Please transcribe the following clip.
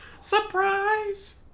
Surprise